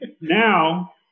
now